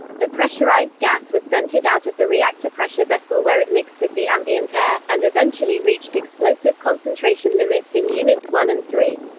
the pressurized gas was vented out of the reactor pressure vessel where it mixed with the ambient air, and eventually reached explosive concentration limits in units one and three.